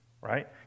right